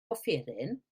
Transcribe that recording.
offeryn